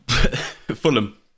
Fulham